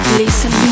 listen